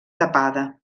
tapada